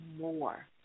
more